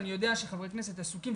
אני יודע שחברי כנסת עסוקים,